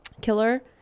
killer